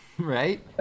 right